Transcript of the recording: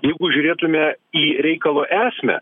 jeigu žiūrėtume į reikalo esmę